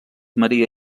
maria